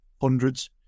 hundreds